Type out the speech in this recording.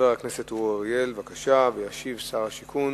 הצעה לסדר-היום